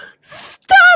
Stop